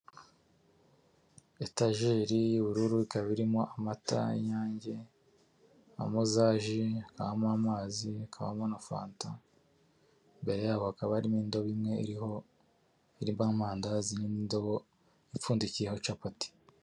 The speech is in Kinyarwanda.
Etageri y'ubururu ikaba irimo amata y'inyange, kabamo za ji, nkamo amazi, kabamo na fanta, imbere yabo hakaba harimo indobo imwe irimo amandazi n'indobo ipfundikiyeho capati.